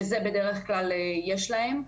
שזה בדרך כלל יש להם.